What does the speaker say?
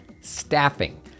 Staffing